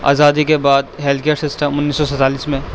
آزدای کے بعد health care system انیس سو سیتالیس میں